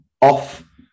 off